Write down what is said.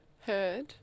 Heard